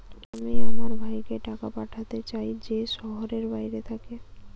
আমি আমার ভাইকে টাকা পাঠাতে চাই যে শহরের বাইরে থাকে